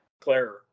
claire